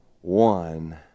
one